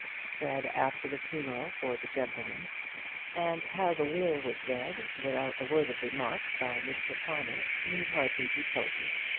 spread after the funeral for the gentlemen and how the will was read, without a word of remark, by mr. palmer, need hardly be told here.